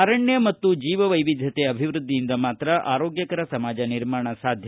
ಅರಣ್ಣ ಮತ್ತು ಜೀವಿ ವೈವಿಧ್ಯತೆ ಅಭಿವ್ಯದ್ದಿಯಿಂದ ಮಾತ್ರ ಆರೋಗ್ಗಕರ ಸಮಾಜ ನಿರ್ಮಾಣ ಸಾಧ್ಯ